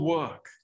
work